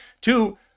Two